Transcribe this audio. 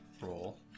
roll